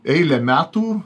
eilę metų